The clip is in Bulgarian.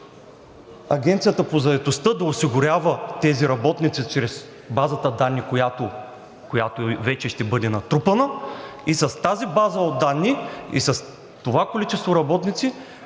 Агенцията по заетостта да осигурява тези работници чрез базата данни, която вече ще бъде натрупана и вече с тази база от данни и с това количество работници